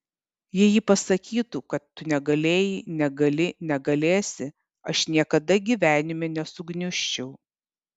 jei ji pasakytų kad tu negalėjai negali negalėsi aš niekada gyvenime nesugniužčiau